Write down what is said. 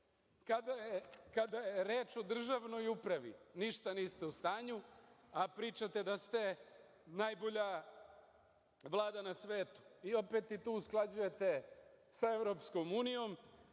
Kada je reč o državnoj upravi, ništa niste u stanju, a pričate da ste najbolja Vlada na svetu i opet i tu usklađujete sa EU, pa kažete